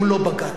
אם לא בג"ץ?